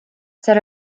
seal